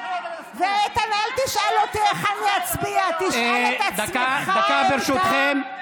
היא צודקת, האמת כואבת לכם.